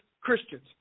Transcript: Christians